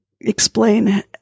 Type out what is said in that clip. explain